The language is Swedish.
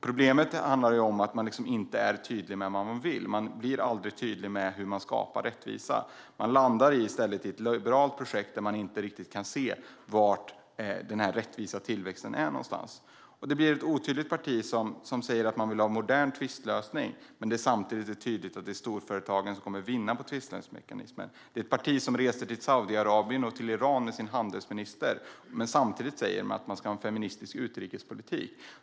Problemet är att man inte är tydlig med vad man vill och hur man skapar rättvisa. I stället landar man i ett liberalt projekt där man inte ser var den rättvisa tillväxten är någonstans. Det blir ett otydligt parti som säger att man vill ha en modern tvistlösning samtidigt som det är tydligt att det är storföretagen som kommer att vinna på tvistlösningsmekanismen. Det är ett parti vars handelsminister reser till Saudiarabien och Iran samtidigt som man säger att man ska ha en feministisk utrikespolitik.